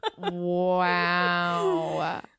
wow